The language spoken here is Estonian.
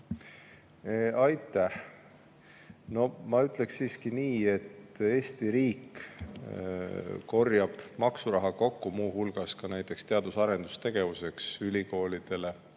Aitäh! No ma ütleks siiski nii, et Eesti riik korjab maksuraha kokku muu hulgas näiteks teadus- ja arendustegevuse, ülikoolide